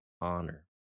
honor